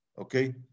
okay